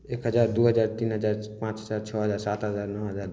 एक हजार दू हजार तीन हजार पॉँच हजार छओ हजार सात हजार नओ हजार